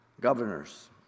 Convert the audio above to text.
governors